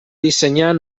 dissenyar